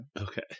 Okay